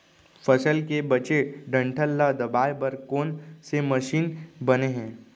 फसल के बचे डंठल ल दबाये बर कोन से मशीन बने हे?